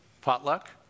potluck